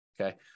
okay